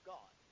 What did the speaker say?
God